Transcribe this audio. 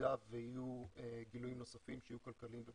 במידה שיהיו גילויים נוספים שיהיו כלכליים.